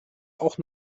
auch